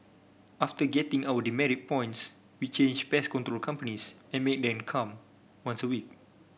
after getting our demerit points we changed pest control companies and made them come once a week